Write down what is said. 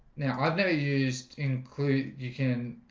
now i've never used include you can